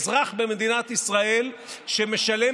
היא כבר לא עניין של הדבר הפשוט שאזרח במדינת ישראל שמשלם